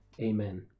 amen